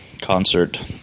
concert